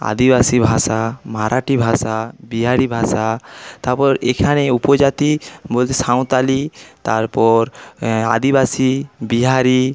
আদিবাসী ভাষা মারাঠি ভাষা বিহারি ভাষা তারপর এখানে উপজাতি বলতে সাঁওতালি তারপর আদিবাসী বিহারি